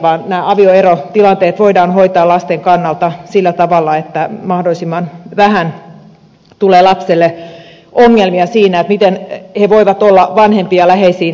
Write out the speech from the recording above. nämä avioerotilanteet voidaan hoitaa lasten kannalta sillä tavalla että mahdollisimman vähän tulee lapselle ongelmia siinä miten he voivat olla vanhempiin ja läheisiin yhteydessä